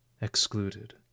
excluded